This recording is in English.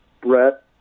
Brett